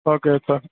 okay sir